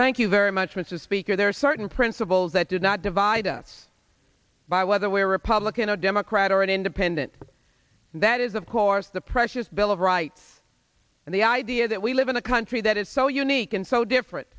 thank you very much mr speaker there are certain principles that do not divide lead us by whether we're republican a democrat or an independent and that is of course the precious bill of rights and the idea that we live in a country that is so unique and so different